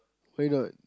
where got